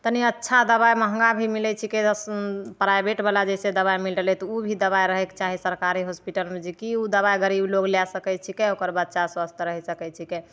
तनी अच्छा दबाइ महगा भी मिलैत छिकै बस प्राइभेट बला जैसे दबाइ मिल रहलै तऽ ओ भी दबाइ रहैके चाही सरकारी होस्पिटलमे जेकि ओ दबाइ गरीब लोग लै सकैत छिकै ओकर बच्चा स्वस्थ रहि सकैत छिकै